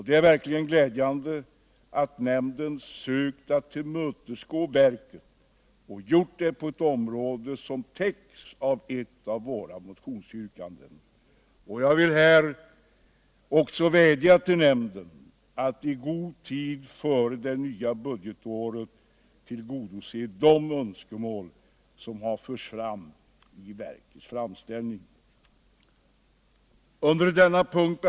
Det är verkligen glädjande att nämnden sökt att tillmötesgå verket och gjort det på ett område som täcks av ett av våra motionsyrkanden. Jag vill här också vädja till nämnden att i god tid före det nya budgetåret tillgodose de önskemål som har förts fram i verkets framställning.